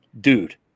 dude